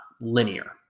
linear